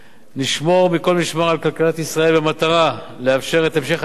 נשמור מכל משמר על כלכלת ישראל במטרה לאפשר את המשך הצמיחה